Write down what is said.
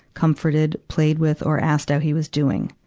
comforted, played with, or asked how he was doing.